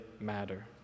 matter